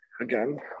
again